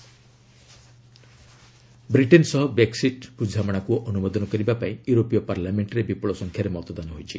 Ed Brexit Britain ସହ Brexit ବୁଝାମଣାକୁ ଅନୁମୋଦନ କରିବା ପାଇଁ ୟୁରୋପୀୟ ପାର୍ଲାମେଷ୍ଟରେ ବିପୁଳ ସଂଖ୍ୟାରେ ମତଦାନ ହୋଇଛି